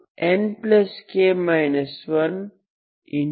Cnxnkn0nk